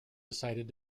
decided